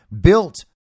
built